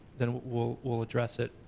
then we'll we'll address it.